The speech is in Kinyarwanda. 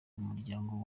umuryango